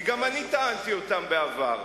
כי גם אני טענתי אותן בעבר,